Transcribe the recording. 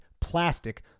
plastic